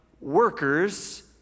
workers